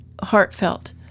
heartfelt